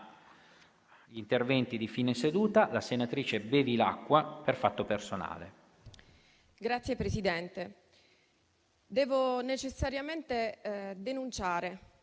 Signor Presidente, devo necessariamente denunciare